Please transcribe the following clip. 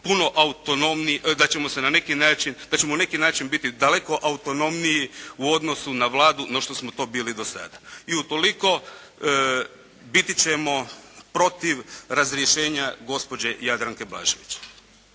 puno autonomnije, da ćemo na neki način biti daleko autonomniji u odnosu na Vladu no što smo to bili do sada. I utoliko biti ćemo protiv razrješenja gospođe Jadranke Blažević.